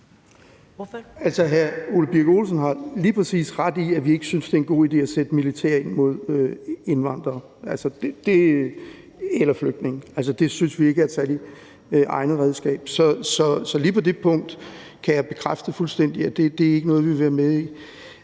Hr. Ole Birk Olesen har lige præcis ret i, at vi ikke synes, det er en god idé at sætte militær ind mod indvandrere eller flygtninge. Det synes vi ikke er et særlig egnet redskab. Så lige på det punkt kan jeg bekræfte fuldstændig, at det ikke er noget, vi vil være med i.